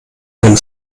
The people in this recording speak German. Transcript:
denn